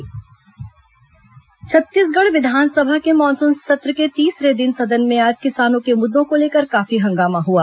विधानसभा बहिर्गमन छत्तीसगढ़ विधानसभा के मानसून सत्र के तीसरे दिन सदन में आज किसानों के मुद्दों को लेकर काफी हंगामा हुआ